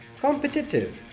competitive